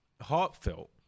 heartfelt